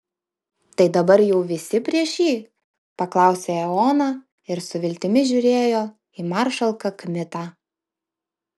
tai dabar jau visi prieš jį paklausė eoną ir su viltimi žiūrėjo į maršalką kmitą